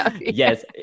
Yes